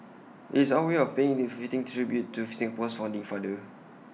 IT is our way of paying A fitting tribute to Singapore's founding father